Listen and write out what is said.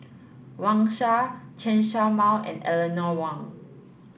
Wang Sha Chen Show Mao and Eleanor Wong